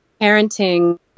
parenting